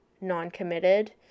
non-committed